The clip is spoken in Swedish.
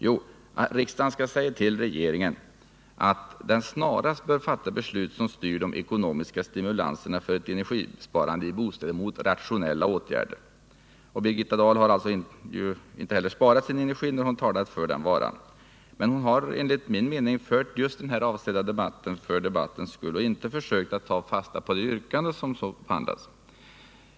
Jo, att riksdagen skall säga till regeringen att den ”snarast bör fatta beslut som styr de ekonomiska stimulanserna för energisparande i bostäder mot rationella åtgärder”. Birgitta Dahl har inte sparat sin energi när hon har talat för varan. Men hon har enligt min mening fört just den avsedda debatten för debattens egen skull och inte försökt att ta fasta på det yrkande som behandlas.